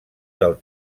del